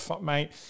Mate